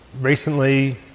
recently